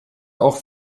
auch